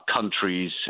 countries